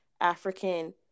African